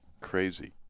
crazy